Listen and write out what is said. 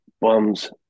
bums